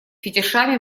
фетишами